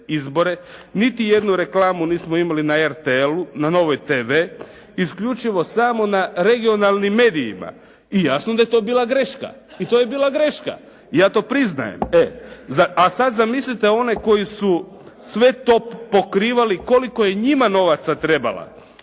izbore, niti jednu reklamu nismo imali na RTL-u, na Novoj TV, isključivo samo na regionalnim medijima i jasno da je to bila greška. I to je bila greška, ja to priznajem. A sad zamislite one koji su sve to pokrivali koliko je njima novaca trebalo.